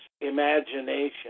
imagination